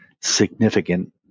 significant